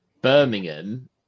Birmingham